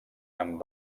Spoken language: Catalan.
amb